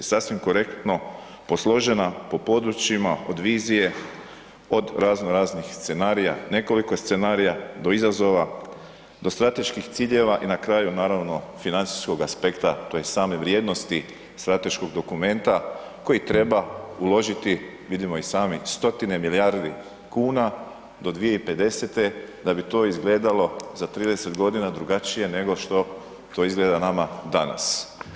Sasvim korektno posložena po područjima, od vizije, od raznoraznih scenarija, nekoliko je scenarija, do izazova, do strateških ciljeva i na kraju naravno financijskog aspekta tj. same vrijednosti strateškog dokumenta koji treba uložiti, vidimo i sami, stotine milijardi kuna do 2050. da bi to izgledalo za 30 g. drugačije nego što to izgleda nama danas.